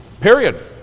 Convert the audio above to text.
Period